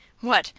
what!